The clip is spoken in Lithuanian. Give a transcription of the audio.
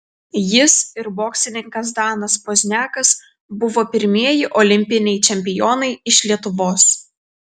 jis ir boksininkas danas pozniakas buvo pirmieji olimpiniai čempionai iš lietuvos